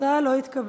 ההצעה לא התקבלה.